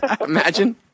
Imagine